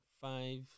five